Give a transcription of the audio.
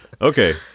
Okay